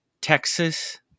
Texas